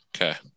Okay